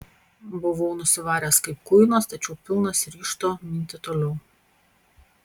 buvau nusivaręs kaip kuinas tačiau pilnas ryžto minti toliau